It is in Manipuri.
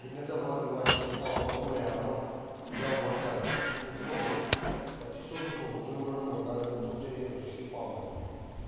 ꯍꯩꯅꯗꯕ ꯅꯨꯡꯉꯥꯏꯇꯕ ꯄꯥꯝꯗꯕ ꯃꯌꯥꯝ ꯑꯃ ꯌꯥꯎꯕ ꯍꯥꯏꯇꯥꯔꯦ ꯑꯗꯨꯅ ꯁ꯭ꯇꯣꯞꯁꯤ ꯁ꯭ꯇꯣꯞꯇ ꯊꯣꯡꯕꯗꯨꯅ ꯃꯔꯝ ꯑꯣꯏꯔ ꯀꯥꯟꯗ ꯁ꯭ꯇꯣꯞꯁꯤ ꯑꯩꯅ ꯍꯧꯖꯤꯛꯁꯤ ꯄꯥꯝꯗꯕꯅꯤ